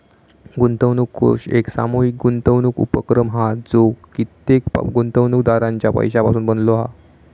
गुंतवणूक कोष एक सामूहीक गुंतवणूक उपक्रम हा जो कित्येक गुंतवणूकदारांच्या पैशासून बनलो हा